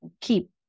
keep